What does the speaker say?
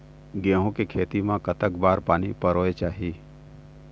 गेहूं के खेती मा कतक बार पानी परोए चाही?